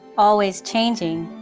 always changing.